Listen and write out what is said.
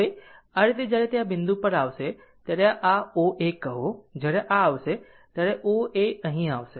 હવે આ રીતે જ્યારે તે આ બિંદુ પર આવશે ત્યારે આ O A કહો જ્યારે આ આવશે ત્યારે O A અહીં આવશે